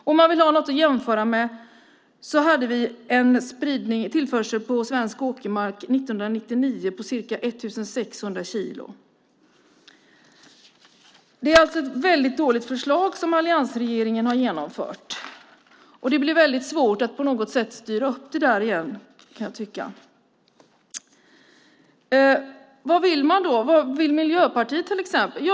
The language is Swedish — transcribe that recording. Detta kan jämföras med att vi 1999 hade en tillförsel på svensk åkermark med ca 1 600 kilo. Det är alltså ett mycket dåligt beslut som alliansregeringen har fattat, och det kommer att bli svårt att styra upp det hela igen. Vad vill då Miljöpartiet göra?